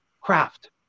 craft